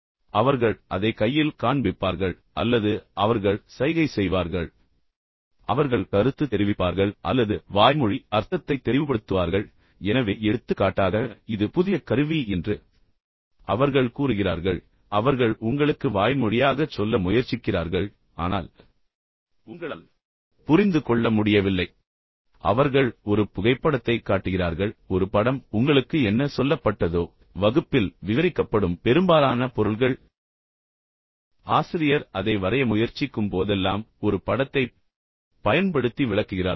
எனவே அவர்கள் அதை கையில் காண்பிப்பார்கள் அல்லது அவர்கள் சைகை செய்வார்கள் அவர்கள் கருத்து தெரிவிப்பார்கள் அல்லது வாய்மொழி அர்த்தத்தை தெளிவுபடுத்துவார்கள் எனவே எடுத்துக்காட்டாக இது புதிய கருவி என்று அவர்கள் கூறுகிறார்கள் இது போல் தெரிகிறது அவர்கள் உங்களுக்கு வாய்மொழியாகச் சொல்ல முயற்சிக்கிறார்கள் ஆனால் உங்களால் புரிந்து கொள்ள முடியவில்லை எனவே அவர்கள் ஒரு புகைப்படத்தைக் காட்டுகிறார்கள் ஒரு படம் உங்களுக்கு என்ன சொல்லப்பட்டதோ எனவே வகுப்பில் விவரிக்கப்படும் பெரும்பாலான பொருள்கள் ஆசிரியர் அதை வரைய முயற்சிக்கும் போதெல்லாம் ஒரு படத்தைப் பயன்படுத்தி விளக்குகிறார்கள்